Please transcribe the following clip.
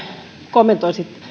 kommentoisit